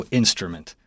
instrument